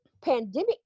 pandemic